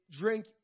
drink